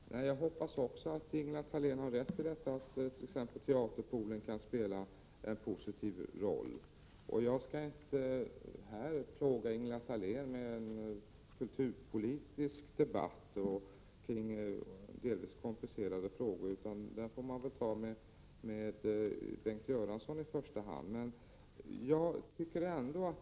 Herr talman! Jag hoppas också att Ingela Thalén har rätt i att Teaterpoolen kan spela en positiv roll. Jag skall inte här plåga Ingela Thalén med en kulturpolitisk debatt kring delvis komplicerade frågor. Den diskussionen får jag i första hand föra med Bengt Göransson.